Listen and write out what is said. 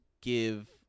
give